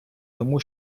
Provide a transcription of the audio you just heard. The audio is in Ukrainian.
тому